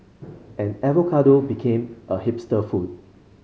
and avocado became a hipster food